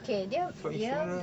okay dia dia